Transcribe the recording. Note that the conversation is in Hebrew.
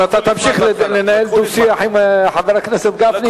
אם אתה תמשיך לנהל דו-שיח עם חבר הכנסת גפני,